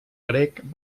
grec